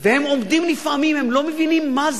והם עומדים נפעמים, הם לא מבינים מה זה,